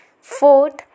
Fourth